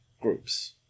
groups